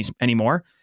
anymore